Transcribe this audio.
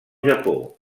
japó